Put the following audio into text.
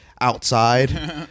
outside